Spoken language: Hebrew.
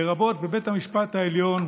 לרבות בבית המשפט העליון,